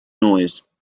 noise